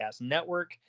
network